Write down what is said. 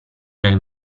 nel